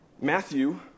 Matthew